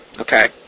Okay